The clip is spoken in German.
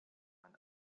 man